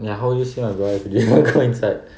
and how do you see my brother if you didn't even go inside